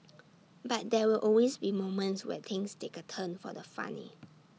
but there will always be moments where things take A turn for the funny